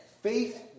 Faith